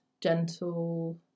gentle